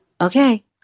okay